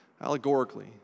allegorically